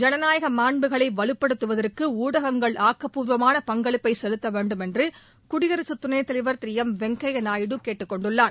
ஜனநாயக மாண்புகளை வலுப்படுத்துவதற்கு ஊடகங்கள் ஆக்கப்பூர்வமான பங்களிப்பை செலுத்த வேண்டும் என்று குடியரசுத் துணைத் தலைவர் திரு எம் வெங்கப்யா நாயுடு தெரிவித்துள்ளார்